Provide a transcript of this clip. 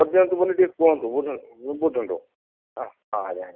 କରିଦିଅନ୍ତୁ ବୋଲି ଟିକେ କୁହନ୍ତୁ ବୁଝନ୍ତୁ ବୁଝନ୍ତୁ ହଁ ହଁ ଆଜ୍ଞା ଆଜ୍ଞା